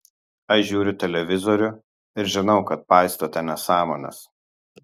aš žiūriu televizorių ir žinau kad paistote nesąmones